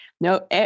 no